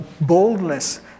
boldness